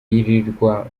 yirirwa